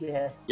Yes